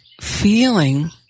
feeling